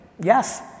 yes